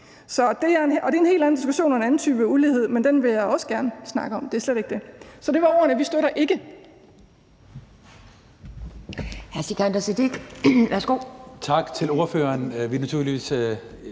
Det er en helt anden diskussion og en anden type ulighed, men den vil jeg også gerne snakke om; det er slet ikke det. Så det var ordene. Vi støtter ikke